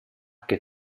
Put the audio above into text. che